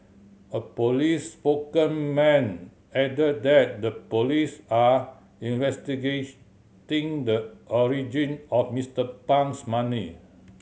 a police spokesman added that the police are the origin of Mister Pang's money